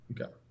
Okay